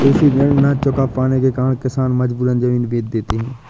कृषि ऋण न चुका पाने के कारण किसान मजबूरन जमीन बेच देते हैं